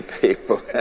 people